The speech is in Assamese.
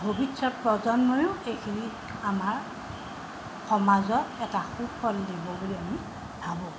ভৱিষ্যত প্ৰজন্মইও এইখিনি আমাৰ সমাজত এটা সুফল দিব বুলি আমি ভাবোঁ